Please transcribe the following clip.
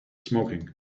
smoking